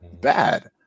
bad